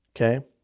okay